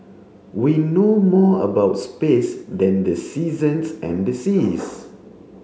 we know more about space than the seasons and the seas